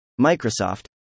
Microsoft